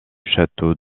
château